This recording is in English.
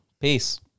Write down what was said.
peace